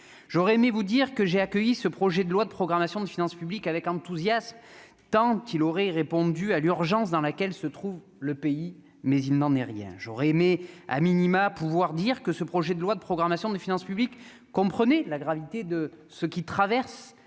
j'aurais aimé vous dire que j'ai accueilli ce projet de loi de programmation des finances publiques avec enthousiasme, tant il aurait répondu à l'urgence dans laquelle se trouve le pays mais il n'en est rien, j'aurais aimé, a minima, pouvoir dire que ce projet de loi de programmation des finances publiques, comprenez la gravité de ce qui traversent